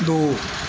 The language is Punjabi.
ਦੋ